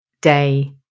Day